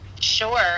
Sure